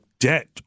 debt